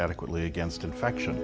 adequately against infection